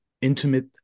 intimate